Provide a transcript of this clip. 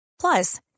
Plus